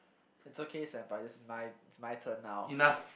it's okay senpai this is my it's my turn now